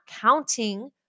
counting